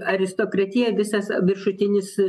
aristokratija visas viršutinis